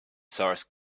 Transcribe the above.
source